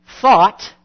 thought